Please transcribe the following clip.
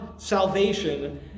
salvation